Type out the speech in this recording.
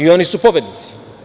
Oni su pobednici.